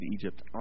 Egypt